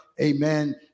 amen